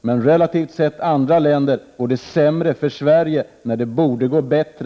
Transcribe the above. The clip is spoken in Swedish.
Men i jämförelse med andra länder går det sämre för Sverige när det i stället borde gå bättre.